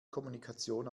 kommunikation